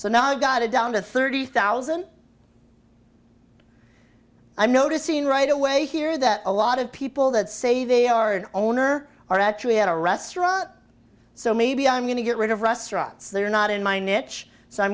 so now i've got it down to thirty thousand i'm noticing right away here that a lot of people that say they are an owner are actually at a restaurant so maybe i'm going to get rid of restaurants they're not in my niche so i'm